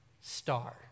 star